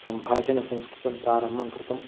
सम्भाषणं संस्कृतं प्रारम्भं कृतम्